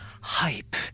hype